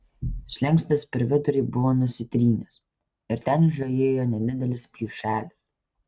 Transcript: slenkstis per vidurį buvo nusitrynęs ir ten žiojėjo nedidelis plyšelis